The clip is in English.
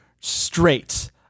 straight